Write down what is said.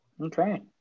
Okay